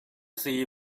see